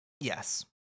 Yes